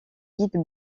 guides